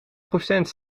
procent